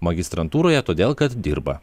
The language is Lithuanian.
magistrantūroje todėl kad dirba